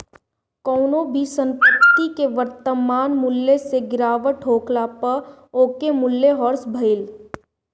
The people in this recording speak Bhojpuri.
कवनो भी संपत्ति के वर्तमान मूल्य से गिरावट होखला पअ ओकर मूल्य ह्रास भइल